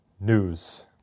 news